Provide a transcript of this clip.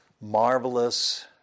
marvelous